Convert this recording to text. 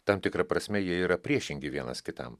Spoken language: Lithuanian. tam tikra prasme jie yra priešingi vienas kitam